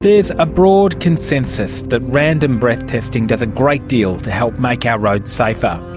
is a broad consensus that random breath testing does a great deal to help make our roads safer,